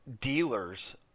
dealers